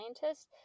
scientists